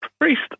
Priest